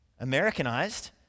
Americanized